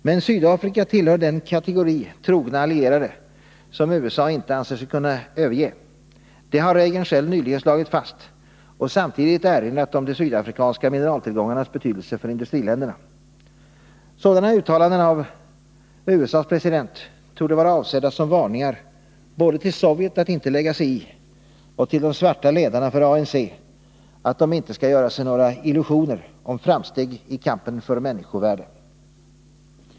Men Sydafrika tillhör den kategori ”trogna allierade” som USA inte anser sig kunna överge. Det har Reagan själv nyligen slagit fast och samtidigt erinrat om de sydafrikanska mineraltillgångarnas betydelse för industriländerna. Sådana uttalanden av USA:s president torde vara avsedda som varningar både till Sovjet att inte lägga sig i och till de svarta ledarna för ANC att de inte skall göra sig några illusioner om framsteg i kampen för människovärde.